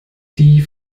die